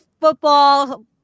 football